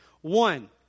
One